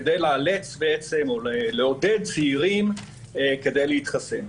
כדי לאלץ או לעודד צעירים להתחסן.